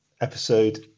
episode